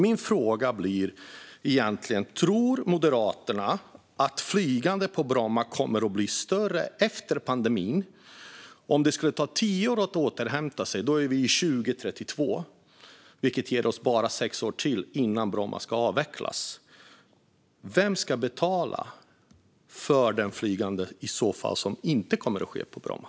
Min fråga blir: Tror Moderaterna att flygandet på Bromma kommer att öka efter pandemin? Om det tar tio år att återhämta sig hamnar vi på 2032, vilket ger oss endast sex år till innan Bromma ska avvecklas. Vem ska betala för det flygande som i så fall inte kommer att ske på Bromma?